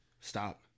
Stop